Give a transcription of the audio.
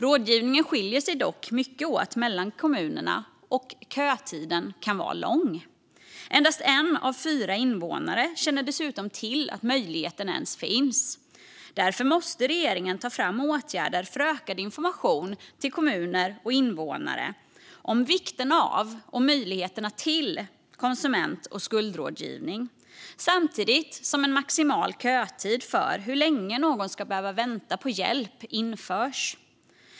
Rådgivningen skiljer sig dock mycket åt mellan kommunerna, och kötiden kan vara lång. Endast en av fyra invånare känner dessutom till att möjligheten ens finns. Därför måste regeringen ta fram åtgärder för ökad information till kommuner och invånare om vikten av och möjligheterna till konsument och skuldrådgivning samtidigt som en maximal kötid för hur länge någon ska behöva vänta på att få hjälp införs.